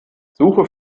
suche